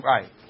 Right